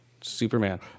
Superman